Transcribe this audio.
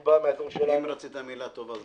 שהוא בא מהדור שלנו --- אם רצית מילה טובה,